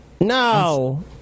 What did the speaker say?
No